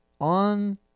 on